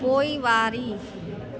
पोइवारी